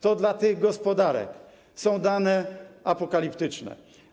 To dla tych gospodarek są dane apokaliptyczne.